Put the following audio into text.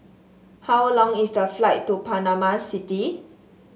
how long is the flight to Panama City